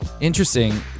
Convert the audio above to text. Interesting